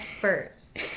first